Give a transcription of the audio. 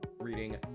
reading